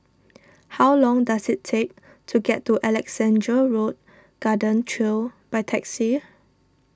how long does it take to get to Alexandra Road Garden Trail by taxi